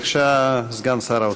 בבקשה, סגן שר האוצר.